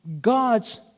God's